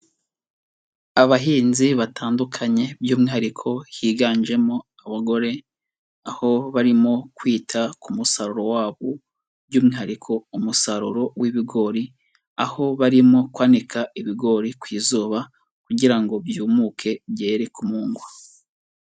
Abahinzi batandukanye by'umwihariko higanjemo abagore, aho barimo kwita ku musaruro wabo by'umwihariko umusaruro w'ibigori, aho barimo kwanika ibigori ku zuba, kugira ngo byumuke byere kumungwa.